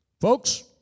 folks